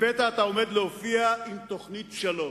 לפתע אתה עומד להופיע עם תוכנית שלום?